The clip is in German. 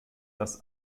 das